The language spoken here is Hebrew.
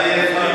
מה יהיה אתך?